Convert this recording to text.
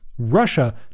Russia